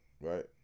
right